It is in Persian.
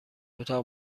اتاق